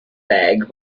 bag